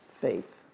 faith